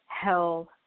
health